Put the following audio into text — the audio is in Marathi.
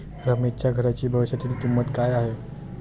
रमेशच्या घराची भविष्यातील किंमत काय आहे?